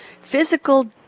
physical